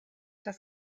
das